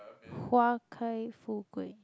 花开富贵